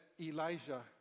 Elijah